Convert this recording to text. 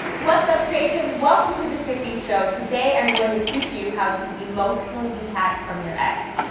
what's up, creatiffs? welcome to the tiffy show. today i'm going to teach you how to emotionally detach from your ex.